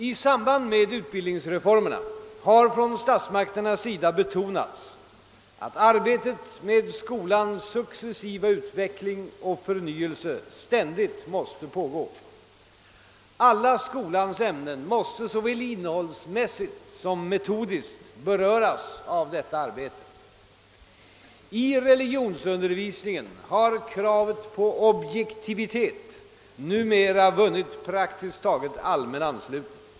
I samband med utbildningsreformerna har från statsmakternas sida betonats att arbetet med skolans successiva utveckling och förnyelse ständigt måste pågå. Alla skolans ämnen måste, såväl innehållsmässigt som metodiskt, beröras av detta arbete. I religionsundervisningen har kravet på objektivitet numera vunnit praktiskt taget allmän anslutning.